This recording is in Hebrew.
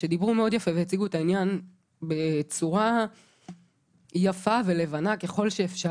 שדיברו מאוד יפה והציגו את העניין בצורה יפה ולבנה ככל שאפשר: